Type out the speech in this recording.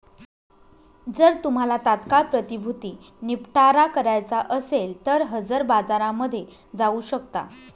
जर तुम्हाला तात्काळ प्रतिभूती निपटारा करायचा असेल तर हजर बाजारामध्ये जाऊ शकता